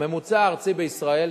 הממוצע הארצי בישראל,